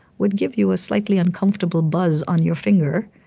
would give you a slightly uncomfortable buzz on your finger.